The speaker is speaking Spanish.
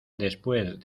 después